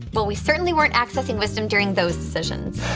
well, we certainly weren't accessing wisdom during those decisions.